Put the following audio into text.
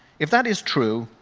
if that is true,